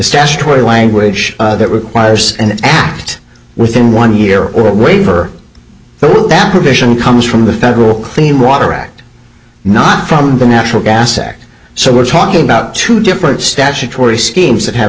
statutory language that requires an act within one year or a great for through that provision comes from the federal clean water act not from the natural gas act so we're talking about two different statutory schemes that have